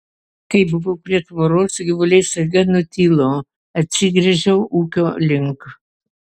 kai buvau prie tvoros gyvuliai staiga nutilo atsigręžiau ūkio link